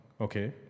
Okay